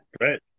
great